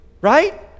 right